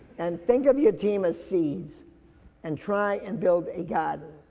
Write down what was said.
and think of your team as seeds and try and build a garden.